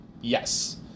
Yes